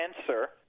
answer